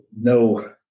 No